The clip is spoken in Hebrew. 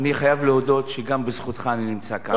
אני חייב להודות שגם בזכותך אני נמצא כאן.